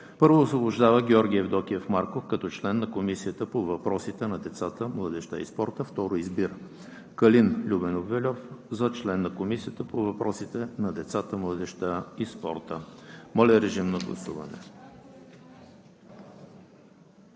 1. Освобождава Георги Евдокиев Марков като член на Комисията по въпросите на децата, младежта и спорта. 2. Избира Калин Любенов Вельов за член на Комисията по въпросите на децата, младежта и спорта.“ Гласували